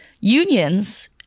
Unions